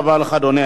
תודה רבה לך, אדוני.